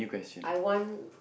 I want